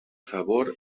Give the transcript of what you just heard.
favor